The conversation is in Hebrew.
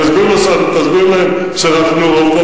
תסביר להם שאנחנו רוב,